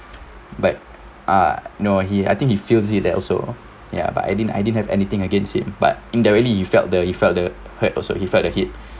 but uh no he I think he feels it that also ya but I didn't I didn't have anything against him but indirectly you felt the he felt the hurt also he felt the heat